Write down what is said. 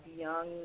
young